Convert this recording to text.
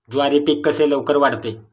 ज्वारी पीक कसे लवकर वाढते?